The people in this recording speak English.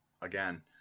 again